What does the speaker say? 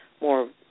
more